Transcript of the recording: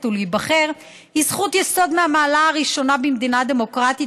ולהיבחר היא זכות יסוד מהמעלה הראשונה במדינה דמוקרטית,